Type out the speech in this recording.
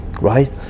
right